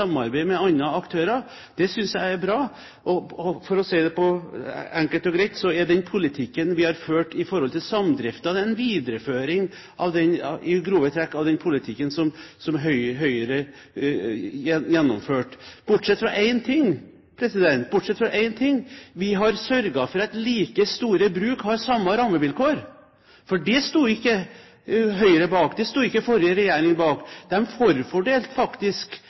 samarbeid med andre aktører. Det synes jeg er bra. Og for å si det enkelt og greit er den politikken vi har ført med hensyn til samdrifter, i grove trekk en videreføring av den politikken som Høyre gjennomførte – bortsett fra på ett område: Vi har sørget for at like store bruk har samme rammevilkår. For det sto ikke Høyre bak, det sto ikke den forrige regjering bak. De forfordelte faktisk